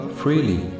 freely